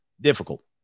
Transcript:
difficult